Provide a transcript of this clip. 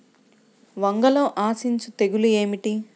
వంగలో ఆశించు తెగులు ఏమిటి?